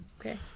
Okay